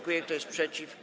Kto jest przeciw?